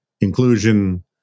inclusion